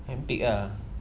hand pick lah